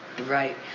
Right